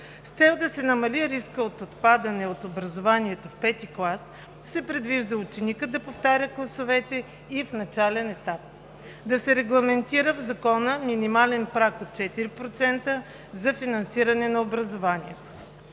с цел да се намали риска от отпадане от образованието в пети клас, се предвижда ученикът да повтаря класовете и в начален етап; - да се регламентира в закона минимален праг от 4% за финансиране на образованието.